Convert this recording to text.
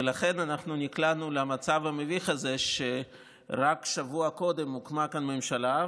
ולכן אנחנו נקלענו למצב המביך הזה שרק שבוע קודם הוקמה כאן ממשלה,